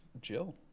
Jill